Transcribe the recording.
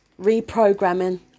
reprogramming